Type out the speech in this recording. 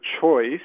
choice